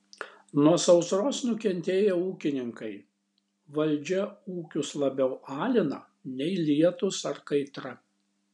nuo sausros nukentėję ūkininkai valdžia ūkius labiau alina nei lietūs ar kaitra